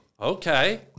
okay